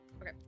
okay